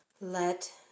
let